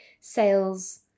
sales